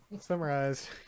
summarize